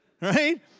right